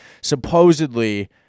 Supposedly